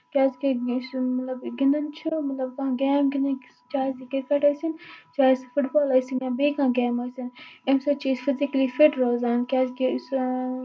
کیازِ کہِ یُس یہِ مطلب گِندُن چھُ مطلب کانٛہہ گیم گِندٕنۍ چاہے سُہ کِرکٹ ٲسِنۍ چاہے سُہ فُٹ بال ٲسِنۍ یا بیٚیہِ کانہہ گیم ٲسِنۍ اَمہِ سۭتۍ چھِ أسۍ فِزِکٔلی فِٹ روزان کیازِ یُس